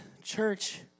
church